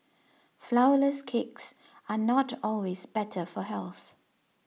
Flourless Cakes are not always better for health